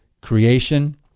creation